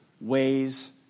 ways